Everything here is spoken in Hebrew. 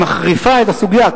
שמחריפה את הסוגיה.